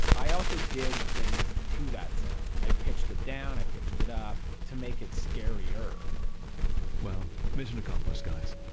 i also did things to that sound. i pitched it down, i pitched it up to make it scarier well, mission accomplished, guys,